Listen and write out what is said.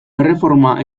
erreforma